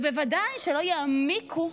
ובוודאי שלא יעמיקו